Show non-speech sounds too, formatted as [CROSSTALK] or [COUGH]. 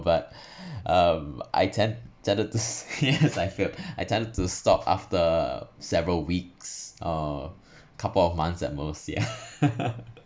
but [BREATH] oo I tend tended s~ to [LAUGHS] I failed I tend to stop after several weeks uh couple of months at most ya [LAUGHS]